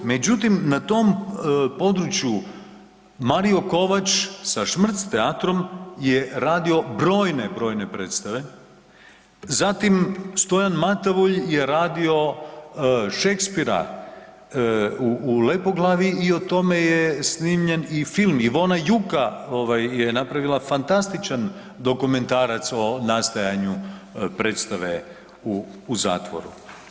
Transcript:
Međutim, na tom području Mario Kovač sa Šmrc teatrom je radio brojne, brojne predstave, zatim Stojan Matavulj je radio Šekspira u, u Lepoglavi i o tome je snimljen film, Ivona Juka ovaj je napravila fantastičan dokumentarac o nastajanju predstave u, u zatvoru.